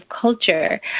culture